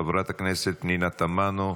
חברת הכנסת פנינה תמנו,